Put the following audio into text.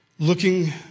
Looking